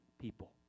people